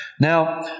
Now